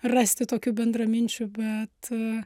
rasti tokių bendraminčių bet